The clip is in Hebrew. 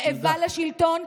רעבה לשלטון,